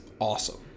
awesome